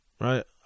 right